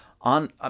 on